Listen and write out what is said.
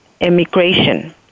immigration